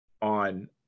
on